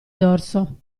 dorso